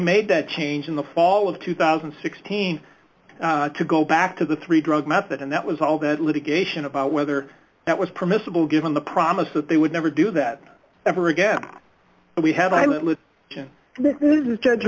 made that change in the fall of two thousand and sixteen could go back to the three drug method and that was all that litigation about whether that was permissible given the promise that they would never do that ever again but we had i